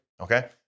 Okay